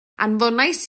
anfonais